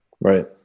Right